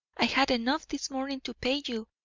i had enough this morning to pay you,